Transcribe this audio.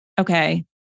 okay